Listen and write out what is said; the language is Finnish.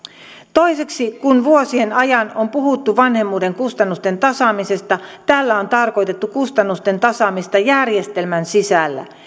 toiseksi kun vuosien ajan on puhuttu vanhemmuuden kustannusten tasaamisesta tällä on tarkoitettu kustannusten tasaamista järjestelmän sisällä